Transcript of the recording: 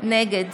נגד